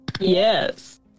Yes